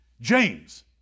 James